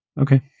Okay